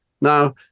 now